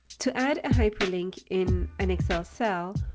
to add a hyperlink in an excel cell,